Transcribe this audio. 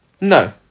No